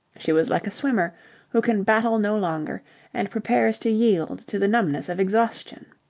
she was like a swimmer who can battle no longer and prepares to yield to the numbness of exhaustion.